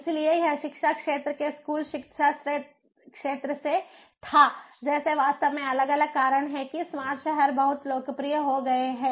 इसलिए यह शिक्षा क्षेत्र के स्कूल शिक्षा क्षेत्र से था जैसे वास्तव में अलग अलग कारण हैं कि स्मार्ट शहर बहुत लोकप्रिय हो गए हैं